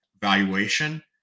valuation